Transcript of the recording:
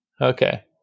Okay